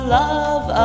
love